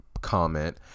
comment